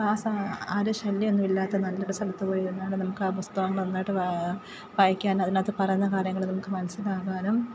ആരേം ശല്യമൊന്നുമില്ലാത്ത നല്ലൊരു സ്ഥലത്ത് പോയിരുന്നുകൊണ്ട് നമുക്ക് ആ പുസ്തകങ്ങള് നന്നായിട്ട് വായിക്കാനും അതിനകത്ത് പറയുന്ന കാര്യങ്ങള് നമുക്കു മനസ്സിലാകാനും